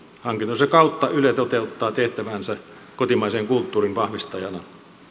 hankintojensa kautta yle toteuttaa tehtäväänsä kotimaisen kulttuurin vahvistajana